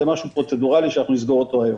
זה משהו פרוצדורלי שאנחנו "נסגור" אותו היום.